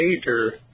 major